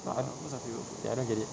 what ya I don't get it